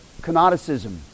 canonicism